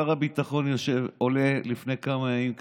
שר הביטחון עולה לפני כמה ימים לכאן,